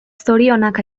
zorionak